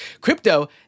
crypto